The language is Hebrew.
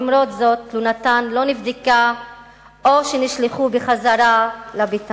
ולמרות זאת התלונות של הנשים לא נבדקו או שהן נשלחו בחזרה לביתן.